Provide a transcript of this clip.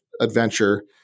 adventure